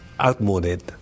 outmoded